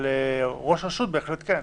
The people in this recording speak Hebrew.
אבל, ראש רשות בהחלט כן.